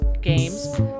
games